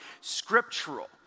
scriptural